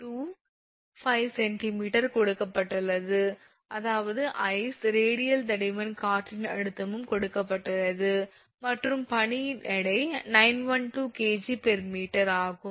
25cm கொடுக்கப்பட்டுள்ளது அதாவது ice radial தடிமன் காற்றின் அழுத்தமும் கொடுக்கப்பட்டுள்ளது மற்றும் பனியின் எடை 912 𝐾𝑔𝑚3 ஆகும்